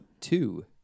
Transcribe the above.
two